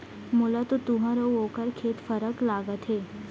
मोला तो तुंहर अउ ओकर खेत फरक लागत हे